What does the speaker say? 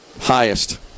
highest